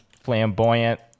flamboyant